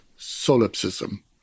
Solipsism